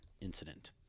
incident